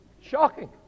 Shocking